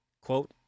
quote